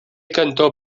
cantor